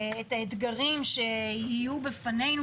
את האתגרים שיהיו בפנינו,